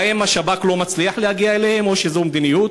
האם השב"כ לא מצליח להגיע אליהם או שזו מדיניות?